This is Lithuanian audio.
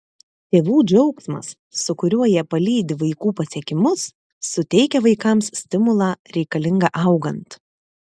tėvų džiaugsmas su kuriuo jie palydi vaikų pasiekimus suteikia vaikams stimulą reikalingą augant